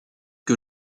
que